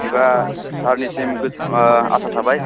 बिदिबा सारनिसिम आसा थाबाय